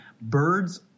Birds